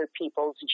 people's